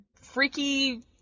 freaky